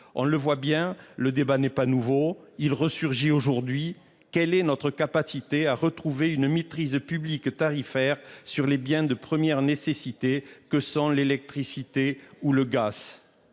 on le voit bien, le débat n'est pas nouveau, il resurgit aujourd'hui quelle est notre capacité à retrouver une maîtrise publique tarifaires sur les biens de première nécessité que sans l'électricité ou le gaz.